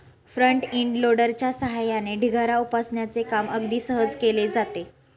front end लोडरच्या सहाय्याने ढिगारा उपसण्याचे काम अगदी सहज केले जाते